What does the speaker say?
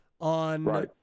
on